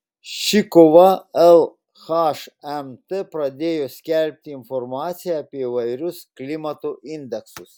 šį kovą lhmt pradėjo skelbti informaciją apie įvairius klimato indeksus